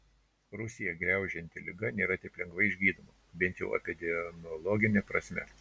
rusiją graužianti liga nėra taip lengvai išgydoma bent jau epidemiologine prasme